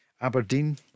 Aberdeen